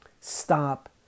stop